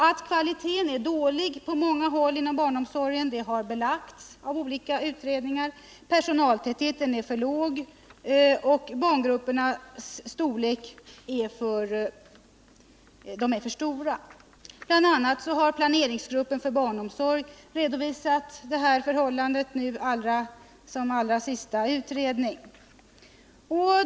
Att kvaliteten är dålig på många håll inom barnomsorgen har belagts av olika utredningar. Personaltätheten är för låg och barngrupperna för stora. Bl. a. har planeringsgruppen för barnomsorg redovisat detta förhållande såsom sin allra senaste utredning.